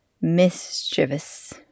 mischievous